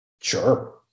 Sure